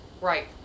Right